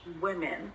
women